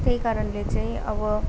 त्यही कारणले चाहिँ अब